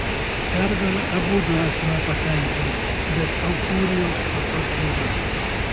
pergale abudu esame patenkinti bet euforijos tokios nėra